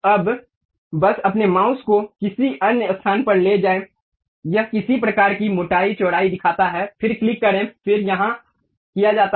अब बस अपने माउस को किसी अन्य स्थान पर ले जाएं यह किसी प्रकार की मोटाई चौड़ाई दिखाता है फिर क्लिक करें फिर यह किया जाता है